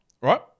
right